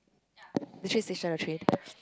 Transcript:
the train station or train